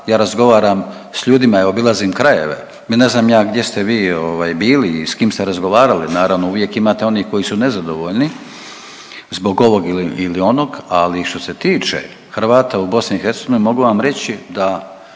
ja razgovaram s ljudima i obilazim krajeve, mi ne znam ja gdje ste vi ovaj bili i s kim ste razgovarali, naravno uvijek imate onih koji su nezadovoljni zbog ovog ili onog, ali što se tiče Hrvata u BiH mogu vam reći da